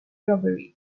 robbery